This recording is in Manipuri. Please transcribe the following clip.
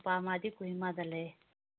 ꯄꯥꯝꯂꯗꯤ ꯀꯣꯍꯤꯃꯥ ꯂꯩꯌꯦ